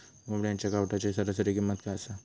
कोंबड्यांच्या कावटाची सरासरी किंमत काय असा?